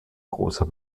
großer